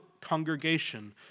congregation